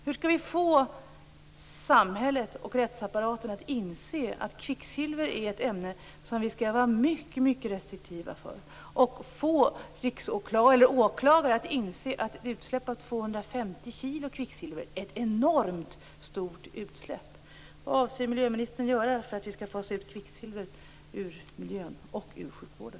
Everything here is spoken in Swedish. Hur skall vi få samhället och rättsapparaten att inse att kvicksilver är ett ämne vi skall vara restriktiva med och få åklagare att inse att ett utsläpp på 250 kg kvicksilver är ett enormt stort utsläpp? Vad avser miljöministern att göra för att fasa ut kvicksilvret ur miljön och sjukvården?